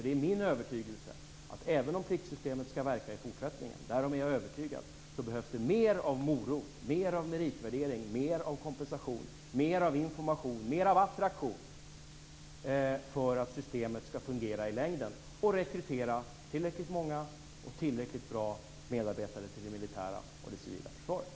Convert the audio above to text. Det är min övertygelse att även om pliktsystemet skall verka i fortsättningen - och därom är jag övertygad - behövs det mer av morot, mer av meritvärdering, mer av kompensation, mer av information och mer av attraktion för att systemet skall fungera i längden och rekrytera tillräckligt många och tillräckligt bra medarbetare till det militära och civila försvaret.